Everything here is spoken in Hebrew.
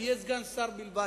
ויהיה סגן שר בלבד,